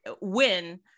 win